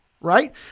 right